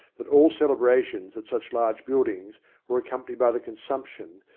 that all celebrations at such large buildings were accompanied by the consumption,